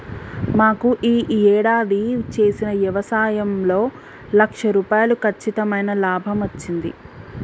మాకు యీ యేడాది చేసిన యవసాయంలో లక్ష రూపాయలు కచ్చితమైన లాభమచ్చింది